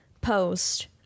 post